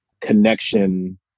connection